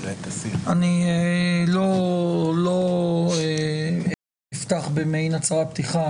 אני לא אפתח במעין הצהרת פתיחה.